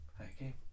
okay